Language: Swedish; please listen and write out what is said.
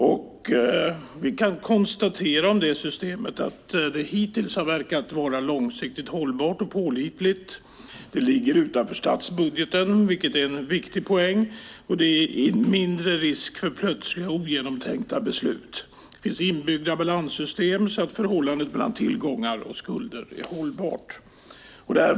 Om det systemet kan vi konstatera att det hittills verkat vara långsiktigt hållbart och pålitligt. Det ligger utanför statsbudgeten, vilket är en viktig poäng. Risken för plötsliga och ogenomtänkta beslut är mindre. Balanssystem finns inbyggda så att förhållandet mellan tillgångar och skulder är hållbart.